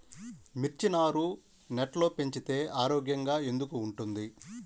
మిర్చి నారు నెట్లో పెంచితే ఆరోగ్యంగా ఎందుకు ఉంటుంది?